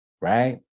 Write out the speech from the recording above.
right